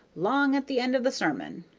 long at the end of the sermon.